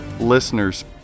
listeners